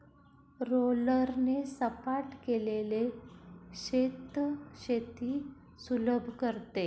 रोलरने सपाट केलेले शेत शेती सुलभ करते